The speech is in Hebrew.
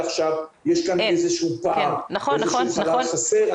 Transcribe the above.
נכון להיום יש כאן ואיזשהו פער ואיזשהו חלל חסר.